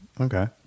Okay